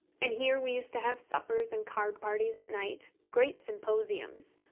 and here we used to have suppers and card-parties at night great symposiums,